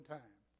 time